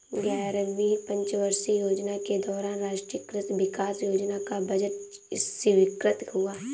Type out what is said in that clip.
ग्यारहवीं पंचवर्षीय योजना के दौरान राष्ट्रीय कृषि विकास योजना का बजट स्वीकृत हुआ